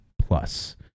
Plus